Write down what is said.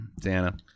Dana